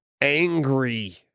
angry